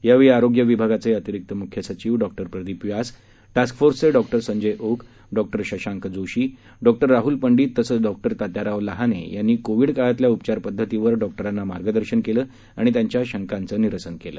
यावेळी आरोग्य विभागाचे अतिरिक्त मुख्य सचिव डॉ प्रदीप व्यास टास्क फोर्सचे डॉ संजय ओक डॉ शशांक जोशी डॉ राहुल पंडित तसंच डॉ तात्याराव लहाने यांनी कोविड काळातल्या उपचार पद्धतीवर डॉक्टरांना मार्गदर्शन केलं आणि त्यांच्या शंकांचं निरसन केलं